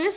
S